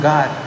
God